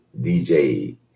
DJ